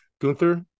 Gunther